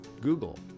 Google